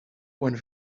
going